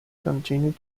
continued